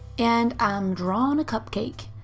and i'm drawin' a cupcake.